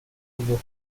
لختی